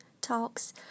talks